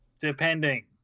Depending